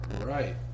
Right